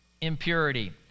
impurity